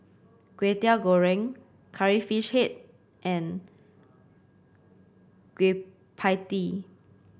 Kwetiau Goreng Curry Fish Head and Kueh Pie Tee